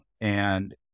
and-